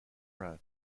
press